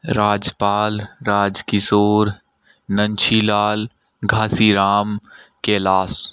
Rajpal Rajkishore Nanshilal Ghasiram Kailash